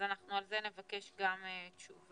אז על זה אנחנו נבקש תשובה.